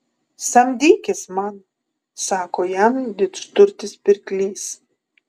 samdykis man sako jam didžturtis pirklys